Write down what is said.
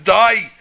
die